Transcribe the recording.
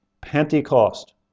Pentecost